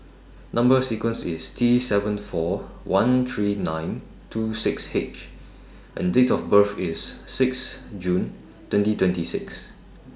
Number sequence IS T seven four one three nine two six H and Date of birth IS six June twenty twenty six